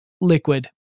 liquid